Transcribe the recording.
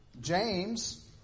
James